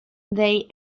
they